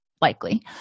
likely